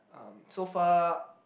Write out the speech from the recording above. um so far